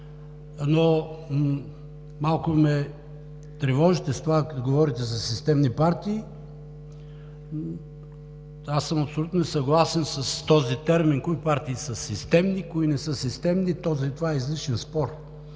Малко ме тревожите с това, като говорите за системни партии. Аз съм абсолютно несъгласен с този термин кои партии са системни, кои не са системни. Това е излишен спор.